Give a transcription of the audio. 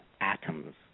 atoms